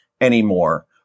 anymore